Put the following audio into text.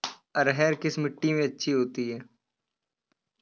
अरहर किस मिट्टी में अच्छी होती है?